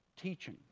teaching